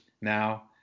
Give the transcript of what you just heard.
now